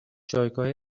جایگاه